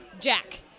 Jack